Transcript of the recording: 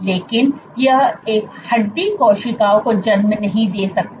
लेकिन यह एक हड्डी कोशिका को जन्म नहीं दे सकता है